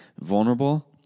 vulnerable